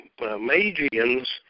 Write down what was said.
magians